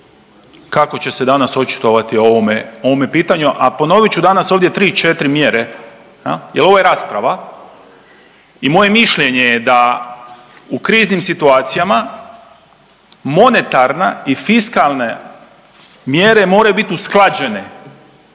kako će se danas očitovati o ovome, ovome pitanju, a ponovit ću danas ovdje 3, 4 mjere jer ovo je rasprava i moje mišljenje je da u kriznim situacijama monetarna i fiskalne mjere moraju biti usklađene,